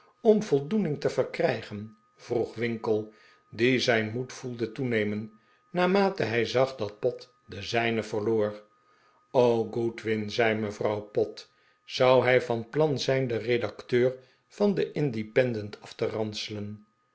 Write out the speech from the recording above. om voldoening te verkrijgen vroeg winkle die zijn moed voelde toenemen naarmate hij zag dat pott den zijne verloor godin zei mevrouw pott zou hij van plan zijn den redacteur van den independent af te ransel'en